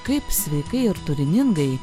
kaip sveikai ir turiningai